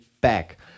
back